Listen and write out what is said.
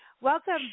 Welcome